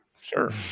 sure